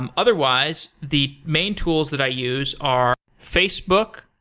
um otherwise, the main tools that i use are facebook,